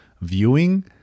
viewing